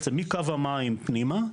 בעצם מקו המים פנימה.